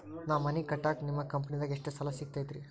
ನಾ ಮನಿ ಕಟ್ಟಾಕ ನಿಮ್ಮ ಕಂಪನಿದಾಗ ಎಷ್ಟ ಸಾಲ ಸಿಗತೈತ್ರಿ?